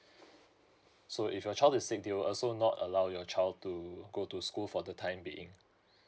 so if your child is sick they will also not allow your child to go to school for the time being